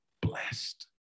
blessed